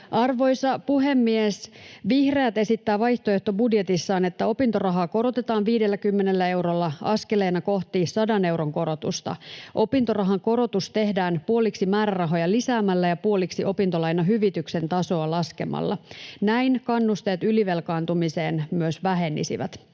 Arvoisa puhemies! Vihreät esittävät vaihtoehtobudjetissaan, että opintorahaa korotetaan 50 eurolla askeleena kohti 100 euron korotusta. Opintorahan korotus tehdään puoliksi määrärahoja lisäämällä ja puoliksi opintolainahyvityksen tasoa laskemalla. Näin myös kannusteet ylivelkaantumiseen vähenisivät.